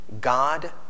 God